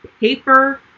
paper